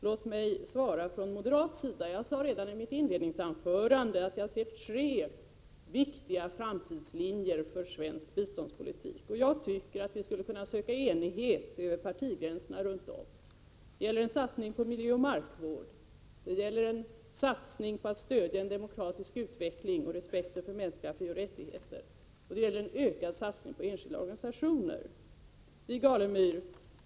Låt mig svara från moderat sida. Jag sade redan i mitt inledningsanförande att jag ser tre viktiga framtidslinjer för svensk biståndspolitik, och jag tycker att vi skulle kunna söka enighet över partigränserna runt dessa. Det gäller en satsning på miljöoch markvård. Det gäller en satsning på stöd för en demokratisk utveckling och för respekten av mänskliga frioch rättigheter och det gäller en ökad inriktning på enskilda organisationer. Stig Alemyr!